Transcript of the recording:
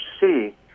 see